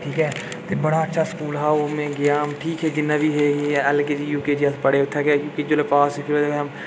ठीक ऐ ते बड़ा अच्छा स्कूल हा ओह् में गेआ ठीक हे जिन्ना बी हे L K G U K G पढ़े उत्थै गै कीती पास होए तां